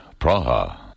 Praha